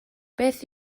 beth